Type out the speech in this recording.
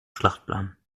schlachtplan